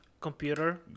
computer